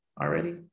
already